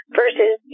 versus